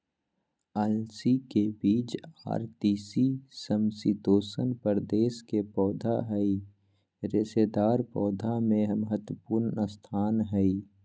अलसी के बीज आर तीसी समशितोष्ण प्रदेश के पौधा हई रेशेदार पौधा मे महत्वपूर्ण स्थान हई